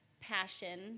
passion